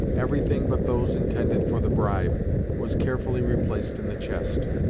everything but those intended for the bribe was carefully replaced in the chest,